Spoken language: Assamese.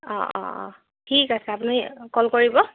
অঁ অঁ অঁ ঠিক আছে আপুনি কল কৰিব